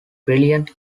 brilliant